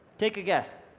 take a guess.